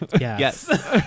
yes